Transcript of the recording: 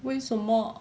为什么